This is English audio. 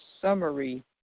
summary